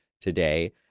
today